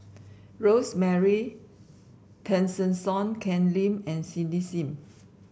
Rosemary Tessensohn Ken Lim and Cindy Sim